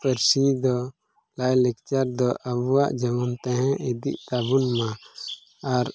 ᱯᱟᱹᱨᱥᱤ ᱫᱚ ᱞᱟᱭᱼᱞᱟᱠᱪᱟᱨ ᱫᱚ ᱟᱵᱚᱣᱟᱜ ᱡᱮᱢᱚᱱ ᱛᱟᱦᱮᱸ ᱤᱫᱤᱜ ᱛᱟᱵᱚᱱᱢᱟ ᱟᱨ